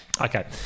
Okay